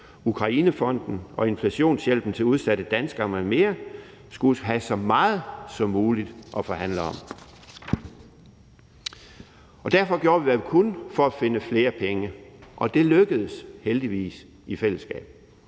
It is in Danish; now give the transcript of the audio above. Ukrainefonden og inflationshjælpen til udsatte danskere m.m. skulle have så meget som muligt at forhandle om. Derfor gjorde vi, hvad vi kunne, for at finde flere penge, og det lykkedes heldigvis i fællesskab.